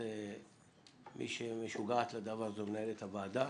מי שמשוגעת לדבר זו מנהלת הוועדה,